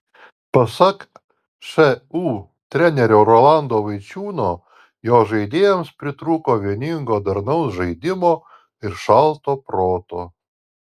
pasak šu trenerio rolando vaičiūno jo žaidėjams pritrūko vieningo darnaus žaidimo ir šalto proto